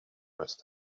must